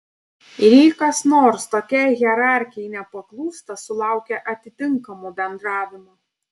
ir jei kas nors tokiai hierarchijai nepaklūsta sulaukia atitinkamo bendravimo